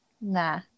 Nah